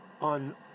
on